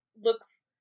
looks